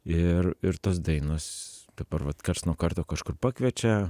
ir ir tos dainos dabar vat karts nuo karto kažkur pakviečia